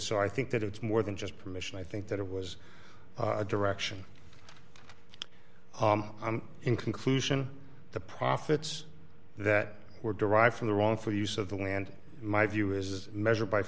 so i think that it's more than just permission i think that it was a direction in conclusion the profits that were derived from the wrongful use of the land my view is measured by